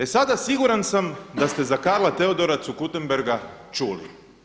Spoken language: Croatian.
E sada siguran sam da ste za Karla-Theodora zu Guttenberga čuli.